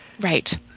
Right